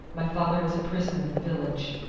my father is a prisoner in the village.